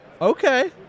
Okay